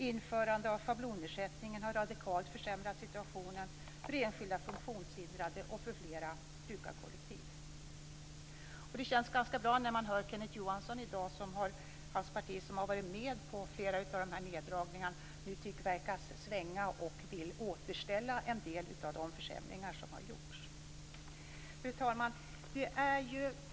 Införandet av schablonersättningen har radikalt försämrat situationen för enskilda funktionshindrade och för flera brukarkollektiv. Det känns ganska bra när man i dag hör att Kenneth Johansson och hans parti, som har varit med på flera av dessa neddragningar, nu tycks verka svänga och vilja återställa en del av de försämringar som har gjorts. Fru talman!